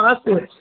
अस्तु